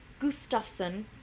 Gustafsson